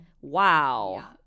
wow